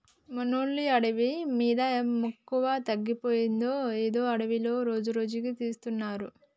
మనోళ్ళకి అడవి మీద మక్కువ తగ్గిపోయిందో ఏందో అడవులన్నీ రోజురోజుకీ తీసేస్తున్నారు